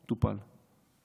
טופל.